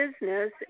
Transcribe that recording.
business